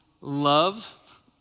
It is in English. love